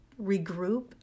regroup